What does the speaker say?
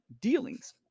dealings